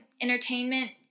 entertainment